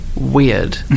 weird